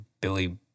Billy